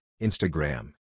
Instagram